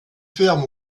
ferme